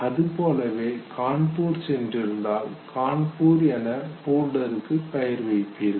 அது போலவே கான்பூரில் சென்றிருந்தால் கான்பூர் என ஃபோல்டருக்கு பெயர் வைப்பீர்கள்